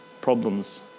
problems